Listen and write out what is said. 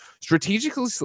Strategically